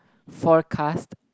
forecast